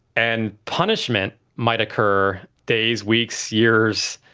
and punishment might occur days, weeks, years,